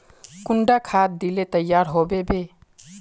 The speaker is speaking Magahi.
कुंडा खाद दिले तैयार होबे बे?